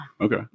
Okay